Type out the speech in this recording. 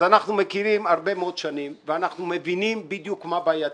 אנחנו מכירים הרבה מאוד שנים ואנחנו מבינים בדיוק מה הבעייתיות.